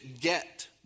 get